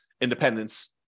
independence